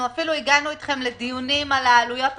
אפילו הגענו אתכם לדיונים על העלויות התקציביות,